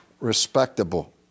respectable